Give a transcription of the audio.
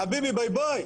חביבי ביי ביי,